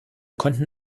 konnten